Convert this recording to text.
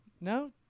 no